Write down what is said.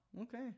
Okay